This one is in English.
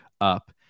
up